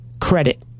credit